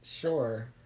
Sure